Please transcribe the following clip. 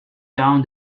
down